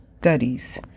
studies